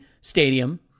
stadium